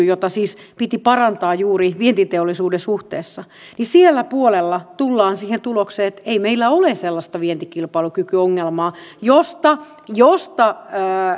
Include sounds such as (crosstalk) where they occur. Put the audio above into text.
(unintelligible) jota siis piti parantaa juuri vientiteollisuuden suhteessa siellä puolella tullaan siihen tulokseen että ei meillä ole sellaista vientikilpailukykyongelmaa josta josta